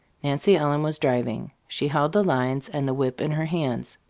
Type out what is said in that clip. nancy ellen was driving, she held the lines and the whip in her hands.